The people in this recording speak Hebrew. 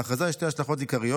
להכרזה יש שתי השלכות עיקריות.